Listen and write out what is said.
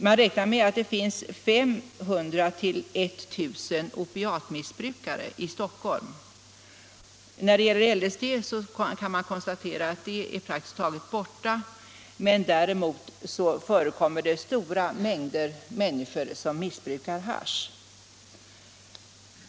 Man räknar vidare med att det finns 500-1 000 opiatmissbrukare i Stockholm. När det gäller LSD kan konstateras att det är praktiskt taget borta, men däremot är det stora mängder människor som missbrukar hasch.